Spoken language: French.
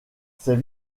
ses